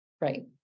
right